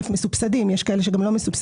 עובדים מסובסדים יש גם כאלה שהם לא מסובסדים